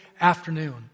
afternoon